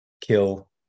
kill